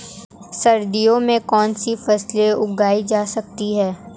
सर्दियों में कौनसी फसलें उगाई जा सकती हैं?